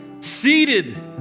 seated